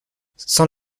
sans